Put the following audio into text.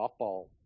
softball